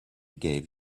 gave